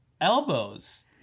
elbows